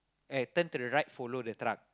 eh turn to the right follow the truck